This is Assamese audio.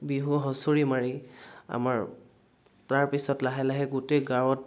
বিহু হুঁচৰি মাৰি আমাৰ তাৰপিছত লাহে লাহে গোটেই গাঁৱত